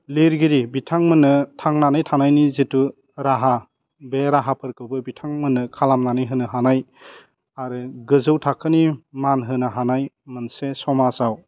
लिरगिरि बिथांमोननो थांनानै थानायनि जिथु राहा बे राहाफोरखौबो बिथांमोननो खालामनानै होनो हानाय आरो गोजौ थाखोनि मान होनो हानाय मोनसे समाजाव